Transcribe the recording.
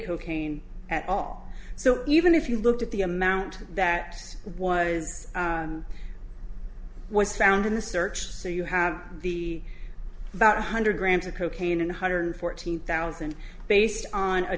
cocaine at all so even if you looked at the amount that was was found in the search so you have the about one hundred grams of cocaine and one hundred fourteen thousand based on a